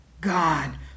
God